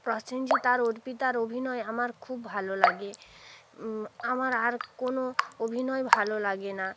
প্রসেনজিৎ আর অর্পিতার অভিনয় আমার খুব ভালো লাগে আমার আর কোনও অভিনয় ভালো লাগে না